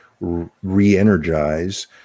re-energize